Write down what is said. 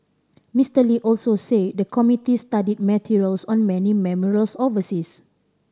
Mister Lee also say the committee studied materials on many memorials overseas